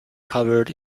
covered